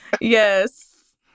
Yes